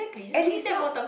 and is not